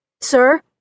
Sir